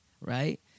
right